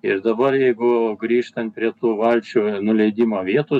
ir dabar jeigu grįžtant prie valčių nuleidimo vietos